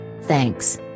Thanks